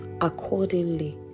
accordingly